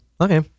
Okay